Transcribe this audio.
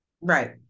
Right